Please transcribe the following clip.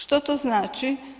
Što to znači?